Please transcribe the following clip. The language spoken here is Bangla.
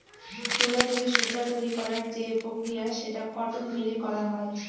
তুলা থেকে সুতা তৈরী করার যে প্রক্রিয়া সেটা কটন মিলে করা হয়